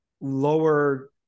lower